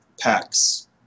packs